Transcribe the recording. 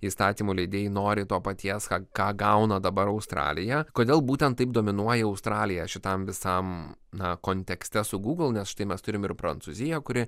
įstatymų leidėjai nori to paties ką gauna dabar australija kodėl būtent taip dominuoja australija šitam visam na kontekste su gūgl nes štai mes turim ir prancūzija kuri